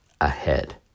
ahead